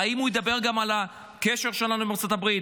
האם הוא ידבר גם על הקשר שלנו עם ארצות הברית?